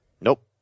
Nope